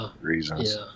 reasons